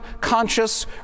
conscious